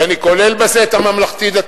ואני כולל בזה את הממלכתי-דתי,